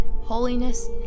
holiness